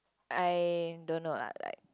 I don't know lah like